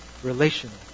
Relational